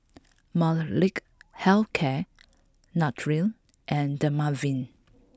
Molnylcke health care Nutren and Dermaveen